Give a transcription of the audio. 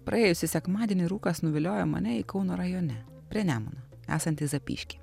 praėjusį sekmadienį rūkas nuviliojo mane į kauno rajone prie nemuno esantį zapyškį